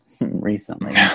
recently